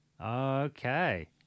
okay